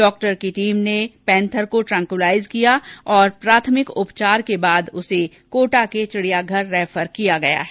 doctor की team ने panther को ट्रैंक्यूलाइज किया और प्राथमिक उपचार के बाद इसे कोटा के चिड़ियाघर रेफर किया गया है